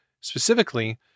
specifically